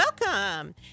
welcome